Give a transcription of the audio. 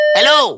Hello